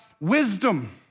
wisdom